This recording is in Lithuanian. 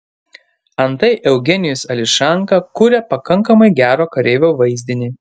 antai eugenijus ališanka kuria pakankamai gero kareivio vaizdinį